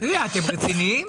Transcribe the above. אתם רציניים?